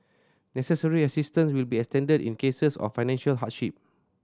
necessary assistance will be extended in cases of financial hardship